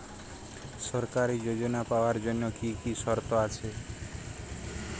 সরকারী যোজনা পাওয়ার জন্য কি কি শর্ত আছে?